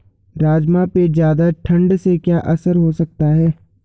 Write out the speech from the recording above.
राजमा पे ज़्यादा ठण्ड से क्या असर हो सकता है?